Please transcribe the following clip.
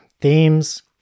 Themes